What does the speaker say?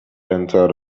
entered